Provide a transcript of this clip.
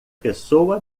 pessoa